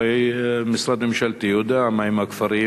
הרי משרד ממשלתי יודע מה הם הכפרים,